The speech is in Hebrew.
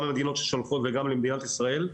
גם למדינות ששולחות וגם למדינת ישראל,